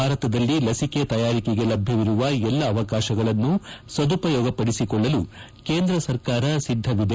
ಭಾರತದಲ್ಲಿ ಲಸಿಕೆ ತಯಾರಿಕೆಗೆ ಲಭ್ಯವಿರುವ ಎಲ್ಲ ಅವಕಾರಗಳನ್ನು ಸದುಪಯೋಗಪಡಿಸಿಕೊಳ್ಳಲು ಕೇಂದ್ರ ಸರ್ಕಾರ ಸಿದ್ದವಿದೆ